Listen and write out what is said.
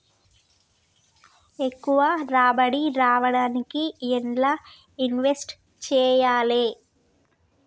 ఎక్కువ రాబడి రావడానికి ఎండ్ల ఇన్వెస్ట్ చేయాలే?